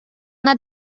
una